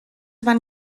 van